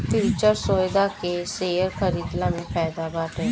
futures सौदा के share खरीदला में फायदा बाटे